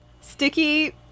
sticky